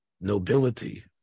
nobility